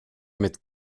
mit